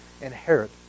Inherit